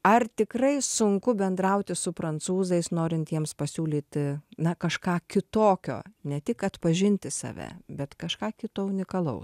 ar tikrai sunku bendrauti su prancūzais norintiems pasiūlyti na kažką kitokio ne tik atpažinti save bet kažką kito unikalaus